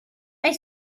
are